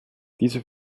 diese